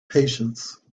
patience